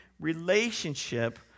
relationship